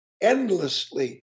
endlessly